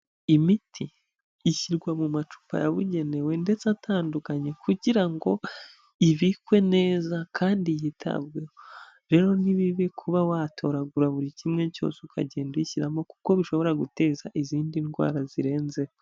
Imiti ishyirwa mu macupa yabugenewe ndetse atandukanye kugira ngo ibikwe neza kandi yitabweho. Rero ni bibi kuba watoragura buri kimwe cyose ukagenda uyishyiramo kuko bishobora guteza izindi ndwara zirenzeho.